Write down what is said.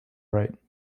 right